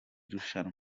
rushanwa